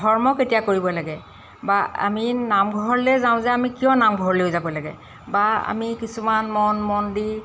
ধৰ্ম কেতিয়া কৰিব লাগে বা আমি নামঘৰলৈ যাওঁ যে আমি কিয় নামঘৰলৈ যাব লাগে বা আমি কিছুমান মঠ মন্দিৰ